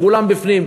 מגולם בפנים,